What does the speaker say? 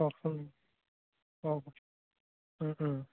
কওকচোন কওক